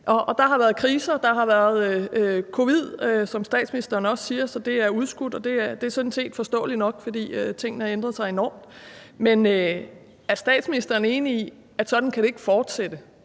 der har været covid, som statsministeren også siger. Så det er udskudt, og det er sådan set forståeligt nok, fordi tingene har ændret sig enormt meget. Men er statsministeren enig i, at det ikke kan fortsætte